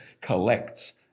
collects